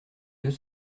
deux